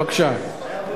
בבקשה.